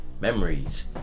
Memories